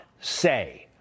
say